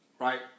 right